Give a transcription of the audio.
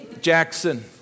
Jackson